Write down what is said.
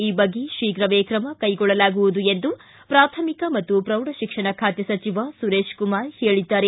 ಈ ಬಗ್ಗೆ ಶೀಘವೇ ಕ್ರಮ ಕೈಗೊಳ್ಳಲಾಗುವುದು ಎಂದು ಪ್ರಾಥಮಿಕ ಹಾಗೂ ಪ್ರೌಢಶಿಕ್ಷಣ ಖಾತೆ ಸಚವ ಸುರೇಶ್ಕುಮಾರ್ ಹೇಳಿದ್ದಾರೆ